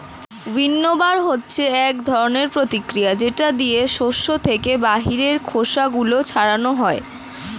উইন্নবার হচ্ছে এক ধরনের প্রতিক্রিয়া যেটা দিয়ে শস্য থেকে বাইরের খোসা গুলো ছাড়ানো হয়